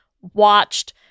watched